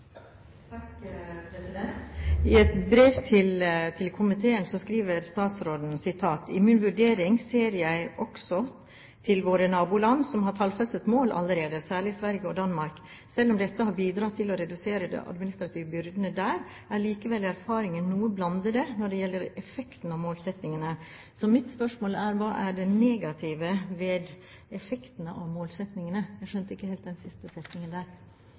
I et brev til komiteen skriver statsråden: «I min vurdering ser jeg også til våre naboland som har tallfestede mål allerede, særlig Sverige og Danmark. Selv om dette har bidratt til å redusere de administrative byrdene der, er likevel erfaringene noe blandede når det gjelder effektene av målsettingene.» Så mitt spørsmål er: Hva er det negative ved effektene av målsettingene? Jeg skjønte ikke helt den siste setningen der.